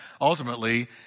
ultimately